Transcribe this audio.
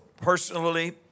personally